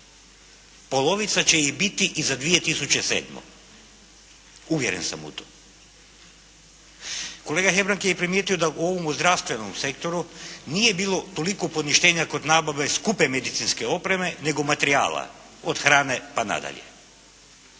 Polovica će ih biti i za 2007., uvjeren sam u to. Kolega Hebrang je i primijetio da u ovome zdravstvenom sektoru nije bilo toliko poništenja kod nabave skupe medicinske opreme nego materijala, od hrane pa nadalje.